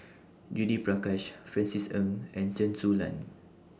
Judith Prakash Francis Ng and Chen Su Lan